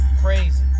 crazy